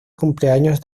cumpleaños